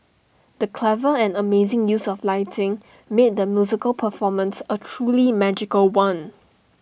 the clever and amazing use of lighting made the musical performance A truly magical one